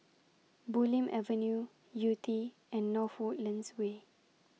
Bulim Avenue Yew Tee and North Woodlands Way